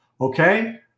Okay